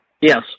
Yes